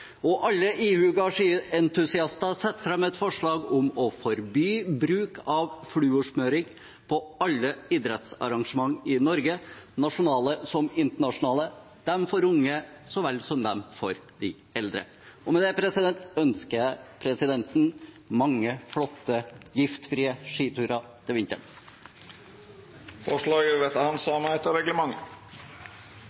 og alle ihuga skientusiaster – sette fram et forslag om å forby bruk av fluorsmurning på alle idrettsarrangement i Norge, nasjonale som internasjonale, for unge som for eldre. Med det ønsker jeg presidenten mange flotte, giftfrie skiturer til vinteren! Forslaget